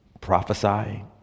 Prophesying